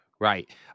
Right